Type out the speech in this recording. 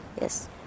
Yes